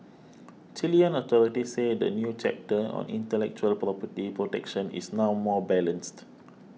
Chilean authorities say the new chapter on intellectual property protection is now more balanced